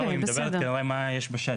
לא, היא מדברת על מה יש בשטח.